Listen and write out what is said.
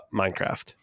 Minecraft